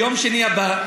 ביום שני הבא,